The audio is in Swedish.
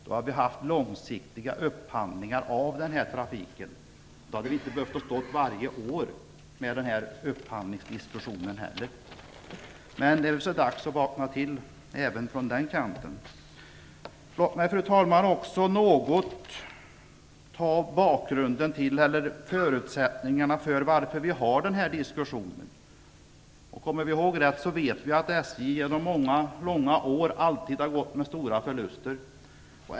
Då hade vi haft långsiktiga upphandlingar av den här trafiken. Då hade vi inte behövt varje år ha den här upphandlingsdiskussionen. Men det är så dags att vakna till på den kanten. Låt mig, fru talman, något beröra bakgrunden till att vi har den här diskussionen. Om vi kommer ihåg rätt vet vi att SJ genom många och långa år har gått med stora förluster.